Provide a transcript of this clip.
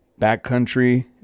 backcountry